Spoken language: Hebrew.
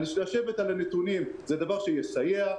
לשבת על הנתונים זה דבר שיסייע,